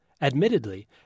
Admittedly